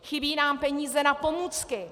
Chybí nám peníze na pomůcky.